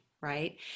right